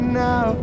now